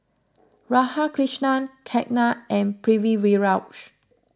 Radhakrishnan Ketna and Pritiviraj